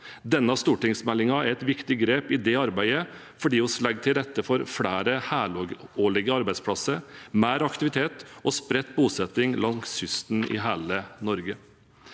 Denne stortingsmeldingen er et viktig grep i det arbeidet fordi vi legger til rette for flere helårige arbeidsplasser, mer aktivitet og spredt bosetting langs kysten i hele Norge.